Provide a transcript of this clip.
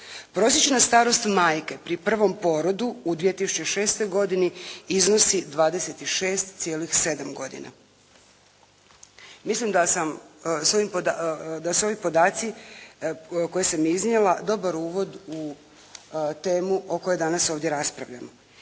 Prosječna starost majke pri prvom porodu u 2006. godini iznosi 26,7 godina. Mislim da sam s ovim, da su ovi podaci koje sam iznijela dobar uvod u temu o kojoj danas ovdje raspravljamo